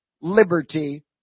liberty